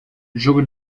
jogo